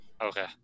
Okay